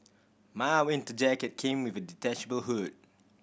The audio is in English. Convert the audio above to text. my winter jacket came with a detachable hood